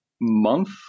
month